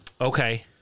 Okay